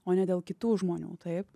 o ne dėl kitų žmonių taip